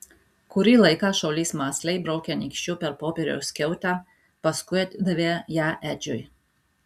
kurį laiką šaulys mąsliai braukė nykščiu per popieriaus skiautę paskui atidavė ją edžiui